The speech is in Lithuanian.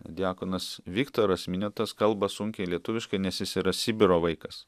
diakonas viktoras miniotas kalba sunkiai lietuviškai nes jis yra sibiro vaikas